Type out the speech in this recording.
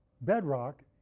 bedrock